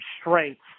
strength